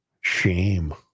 shame